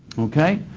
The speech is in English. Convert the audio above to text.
okay,